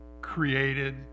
created